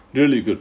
really good